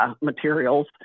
materials